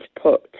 put